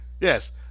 Yes